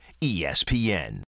ESPN